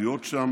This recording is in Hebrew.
להיות שם